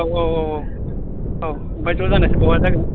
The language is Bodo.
औ औ औ औ ओमफ्रायथ' जानायासो बहा जागोन